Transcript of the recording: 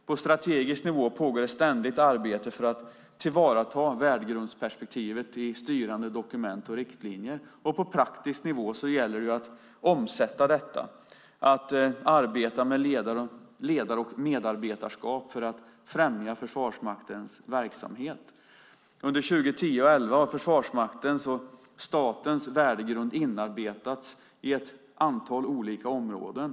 På strategisk nivå pågår det ständigt arbete för att tillvarata värdegrundsperspektivet i styrande dokument och riktlinjer, och på praktisk nivå gäller det att omsätta detta, att arbeta med ledare och medarbetarskap för att främja Försvarsmaktens verksamhet. Under 2010 och 2011 har Försvarsmaktens och statens värdegrund inarbetats i ett antal olika områden.